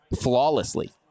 flawlessly